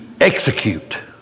execute